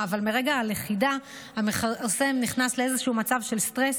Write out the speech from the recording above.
אבל מרגע הלכידה המכרסם נכנס למצב של סטרס,